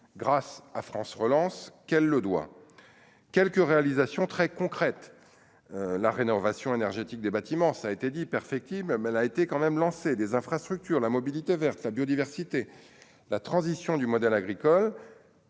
grâce à France relance qu'elle le doit quelques réalisations très concrètes : la rénovation énergétique des bâtiments, ça a été dit perfectible, mais elle a été quand même lancé des infrastructures, la mobilité verte, la biodiversité, la transition du modèle agricole